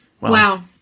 Wow